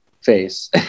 face